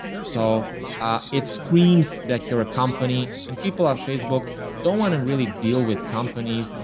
so it screams that you're a company and people on facebook don't want to really deal with companies,